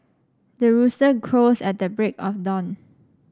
the rooster crows at the break of dawn